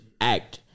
act